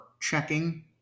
checking